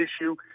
issue